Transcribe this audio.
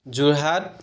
Jorhat